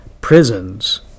prisons